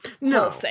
no